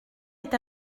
est